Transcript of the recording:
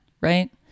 right